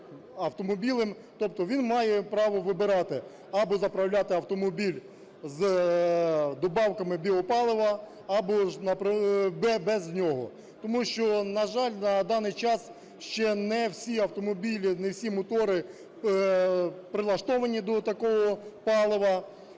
тобто він має право вибирати: або заправляти автомобіль з добавками біопалива, або ж без нього. Тому що, на жаль, на даний час ще не всі автомобілі, не всі мотори прилаштовані до такого палива.